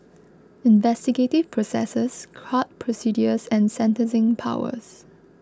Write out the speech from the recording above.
investigative processes court procedures and sentencing powers